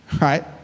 Right